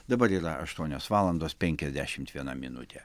dabar yra aštuonios valandos penkiasdešimt viena minutė